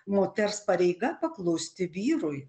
moters pareiga paklusti vyrui